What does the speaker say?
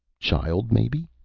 child, maybe?